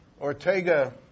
Ortega